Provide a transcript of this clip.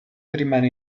rimane